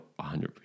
100%